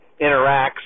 interacts